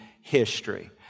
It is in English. history